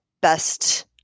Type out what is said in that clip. best